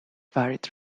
varied